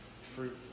fruit